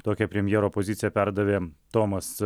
tokią premjero poziciją perdavė tomas